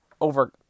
over